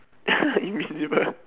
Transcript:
invisible